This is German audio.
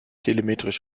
telemetrisch